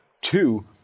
Two